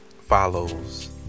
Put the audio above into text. follows